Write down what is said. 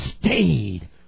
Stayed